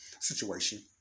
situation